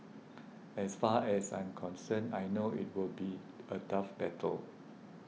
as far as I'm concerned I know it will be a tough battle